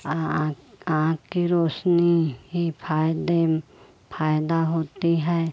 आँख आँख की रौशनी ही फ़ायदे फ़ायदा होता है